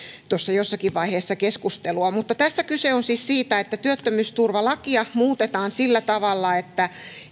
tuossa jossakin vaiheessa keskustelua tässä kyse on siis siitä että työttömyysturvalakia muutetaan sillä tavalla että